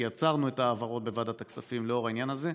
כי עצרנו את ההעברות בוועדת הכספים לאור העניין הזה,